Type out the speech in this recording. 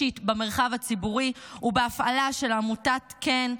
במרחב הציבורי ובהפעלה של עמותת כ"ן,